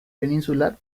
peninsular